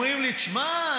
אומרים לי: שמע,